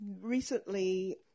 Recently